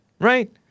Right